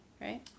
right